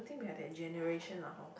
I think we are that generation lah hor